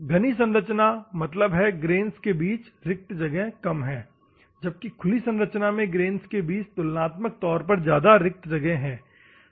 घनी संरचना मतलब है ग्रेन्स के बीच रिक्त जगह कम है जबकि खुली संरचना में ग्रेन्स के बीच तुलनात्मक तौर पर ज्यादा रिक्त जगह है